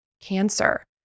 cancer